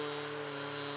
mm